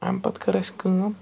اَمہِ پَتہٕ کٔر اَسہِ کٲم